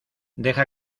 deja